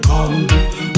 Come